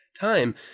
time